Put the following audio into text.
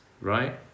right